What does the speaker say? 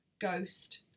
Ghost